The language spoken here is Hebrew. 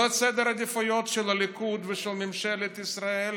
זה סדר העדיפויות של הליכוד ושל ממשלת ישראל.